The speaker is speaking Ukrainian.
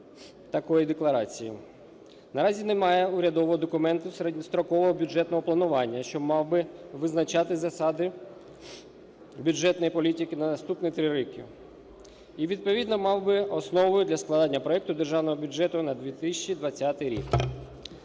такої декларації. Наразі немає урядового документа середньострокового бюджетного планування, що мав би визначати засади бюджетної політики на наступні три роки і, відповідно, мав би основою для складення проекту Державного бюджету на 2020 рік.